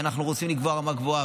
אנחנו רוצים לקבוע רמה גבוהה,